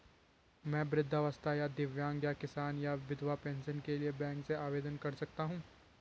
मैं वृद्धावस्था या दिव्यांग या किसान या विधवा पेंशन के लिए बैंक से आवेदन कर सकता हूँ?